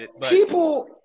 people